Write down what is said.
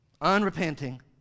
unrepenting